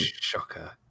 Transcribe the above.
Shocker